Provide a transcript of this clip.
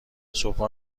صبحا